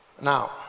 Now